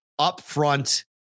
upfront